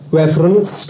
reference